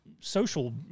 social